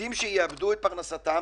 עובדים שיאבדו את פרנסתם.